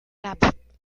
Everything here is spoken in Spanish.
cap